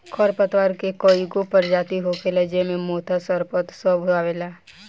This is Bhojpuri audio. खर पतवार के कई गो परजाती होखेला ज़ेइ मे मोथा, सरपत सब आवेला